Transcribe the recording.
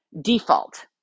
default